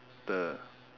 the